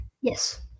Yes